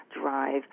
drive